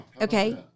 okay